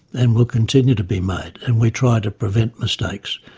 and will continue to be made, and we try to prevent mistakes.